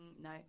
No